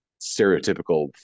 stereotypical